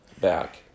back